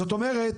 זאת אומרת,